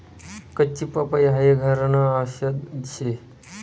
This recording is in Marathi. कच्ची पपई हाई घरन आवषद शे